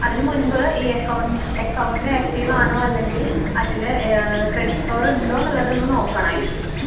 അതിന് മുൻപ് ഈ അക്കൗണ്ട് അക്കൗണ്ട് ആക്റ്റീവ് ആണോ അല്ലെങ്കിൽ അതിൽ ക്രെഡിറ്റ് സ്കോർ ഉണ്ടോ എന്നുള്ളതൊന്ന് നോക്കണമായിരിക്കും ഉം